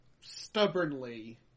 stubbornly